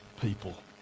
people